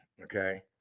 okay